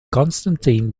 constantine